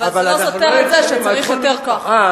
זה לא סותר את זה שצריך יותר כוח-אדם.